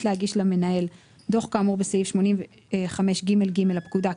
להגיש למנהל דוח כאמור בסעיף 85ג(ג) לפקודה,